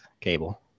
cable